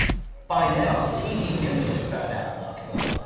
by now the tv news had found out about camilla.